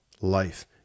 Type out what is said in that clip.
life